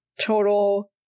total